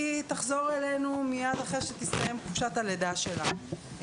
היא תחזור אלינו מיד אחרי שתסתיים חופשת הלידה שלה.